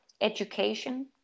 education